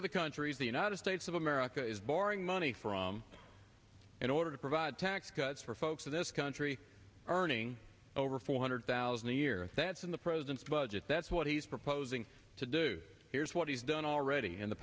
are the countries the united states of america is borrowing money from in order to provide tax cuts for folks in this country earning over four hundred thousand a year that's in the president's budget that's what he's proposing to do here's what he's done already in the